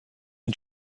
این